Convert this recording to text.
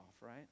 right